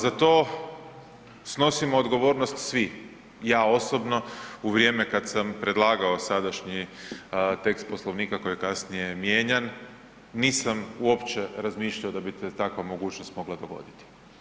Za to snosimo odgovornost svi, ja osobno u vrijeme kad sam predlagao sadašnji tekst Poslovnika koji je kasnije mijenjan, nisam uopće razmišljao da bi se takva mogućnost mogla dogoditi.